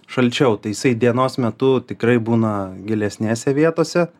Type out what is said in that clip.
šalčiau tai jisai dienos metu tikrai būna gilesnėse vietose